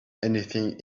anything